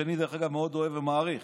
שאני דרך אגב מאוד אוהב ומעריך,